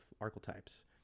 archetypes